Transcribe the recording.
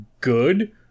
good